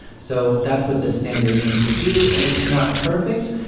so that's what the standard aims to do, and it's not perfect,